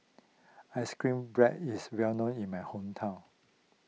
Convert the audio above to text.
Ice Cream Bread is well known in my hometown